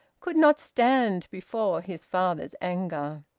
could not stand before his father's anger.